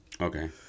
Okay